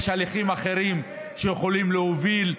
יש הליכים אחרים שאנחנו יכולים להוביל,